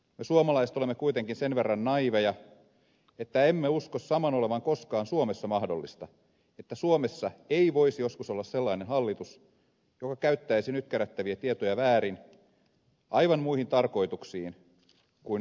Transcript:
me suomalaiset olemme kuitenkin sen verran naiiveja että emme usko saman olevan koskaan suomessa mahdollista emme usko että suomessa voisi joskus olla semmoinen hallitus joka käyttäisi nyt kerättäviä tietoja väärin aivan muihin tarkoituksiin kuin mihin nyt määritellään